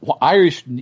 Irish